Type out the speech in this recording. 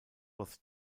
was